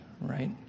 right